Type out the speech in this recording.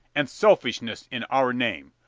and selfishness in our name,